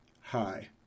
hi